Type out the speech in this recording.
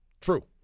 True